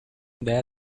there